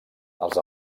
els